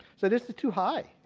so this is too high.